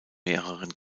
mehreren